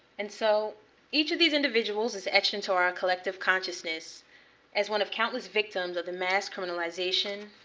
and so each of these individuals is etched into our collective consciousness as one of countless victims of the mass criminalization,